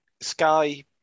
Sky